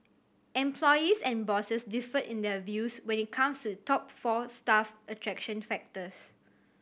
employees and bosses differed in their views when it comes to the top four staff attraction factors